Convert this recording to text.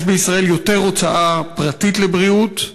יש בישראל יותר הוצאה פרטית על בריאות,